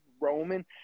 Roman